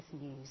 news